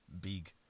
big